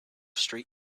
street